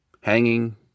hanging